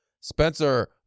Spencer